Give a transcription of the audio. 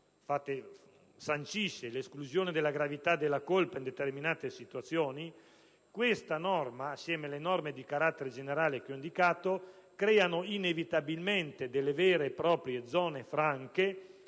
sancisce l'esclusione della gravità della colpa in determinate situazioni. Questa norma, assieme alle norme di carattere generale che ho indicato, crea inevitabilmente vere e proprie zone franche